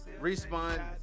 Respawn